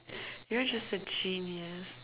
you're just a genius